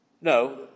No